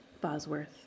Bosworth